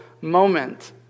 moment